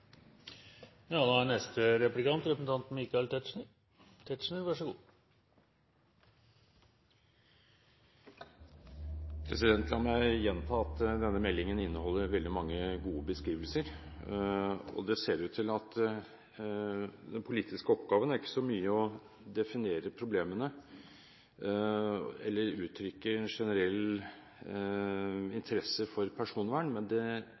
så langt. La meg gjenta at denne meldingen inneholder veldig mange gode beskrivelser. Det ser ut til at den politiske oppgaven ikke er så mye det å definere problemene eller uttrykke generell interesse for personvern, men det